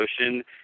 Ocean